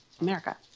America